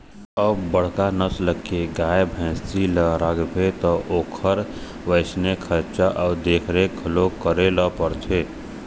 अब बड़का नसल के गाय, भइसी ल राखबे त ओखर वइसने खरचा अउ देखरेख घलोक करे ल परथे